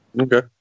Okay